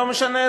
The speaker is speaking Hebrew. לא משנה,